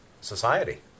society